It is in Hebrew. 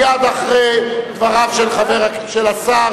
מייד אחרי דבריו של השר,